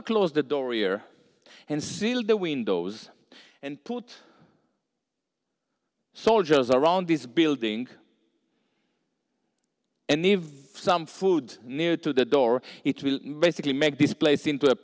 l close the door here and seal the windows and put soldiers around this building and if some food near to the door it will basically make this place in